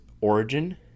origin